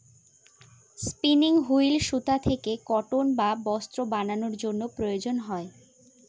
spinning wheel সুতা থেকে cotton বা বস্ত্র বানানোর জন্য প্রয়োজন হয়